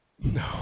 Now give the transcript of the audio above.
No